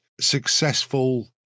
successful